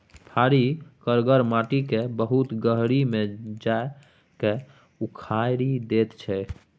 फारी करगर माटि केँ बहुत गहींर मे जा कए उखारि दैत छै